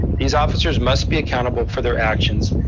these officers must be accountable for their actions,